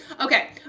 Okay